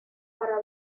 para